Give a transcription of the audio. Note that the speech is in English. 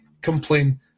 complain